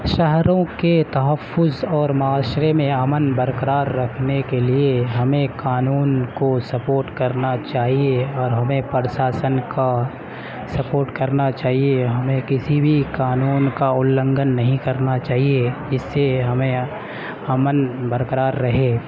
شہروں کے تحفظ اور معاشرے میں امن برقرار رکھنے کے لیے ہمیں قانون کو سپورٹ کرنا چاہیے اور ہمیں پرشاسن کا سپورٹ کرنا چاہیے ہمیں کسی بھی قانون کا النگھن نہیں کرنا چاہیے اس سے ہمیں امن برقرار رہے